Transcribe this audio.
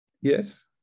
Yes